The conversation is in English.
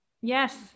Yes